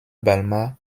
balma